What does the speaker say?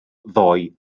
ddoi